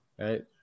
Right